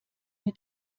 mit